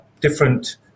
different